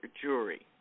jury